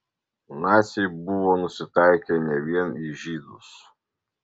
naciai buvo nusitaikę ne vien į žydus